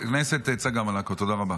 צגה מלקו, תודה רבה.